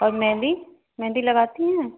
और महेंदी महेंदी लगाती हैं